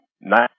nine